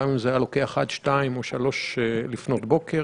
גם אם זה היה לוקח עד 02:00 או 03:00 לפנות בוקר.